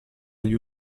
agli